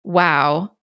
wow